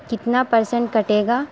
کتنا پرسنٹ کٹے گا